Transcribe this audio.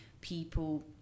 people